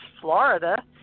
Florida